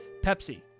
Pepsi